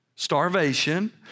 Starvation